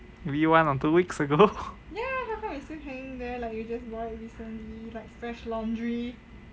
maybe one or two weeks ago